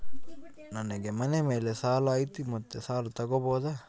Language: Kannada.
ನನಗೆ ಮನೆ ಮೇಲೆ ಸಾಲ ಐತಿ ಮತ್ತೆ ಸಾಲ ತಗಬೋದ?